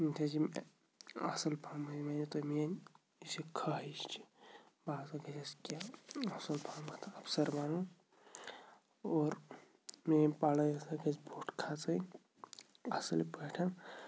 مےٚ اَصٕل پَہَم تۄہہِ میٛٲنۍ یُس یہِ خٲہِش چھِ بہٕ ہسا گژھٮ۪س کیٚنٛہہ اَصٕل پَہمَتھ اَفسَر بَنُن اور میٛٲنۍ پَڑھٲے ہسا گژھِ بوٚٹھ کھسٕنۍ اَصٕل پٲٹھۍ